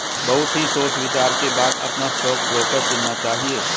बहुत ही सोच विचार के बाद अपना स्टॉक ब्रोकर चुनना चाहिए